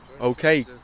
Okay